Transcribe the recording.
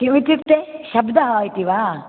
किमित्युक्ते शब्दः इति वा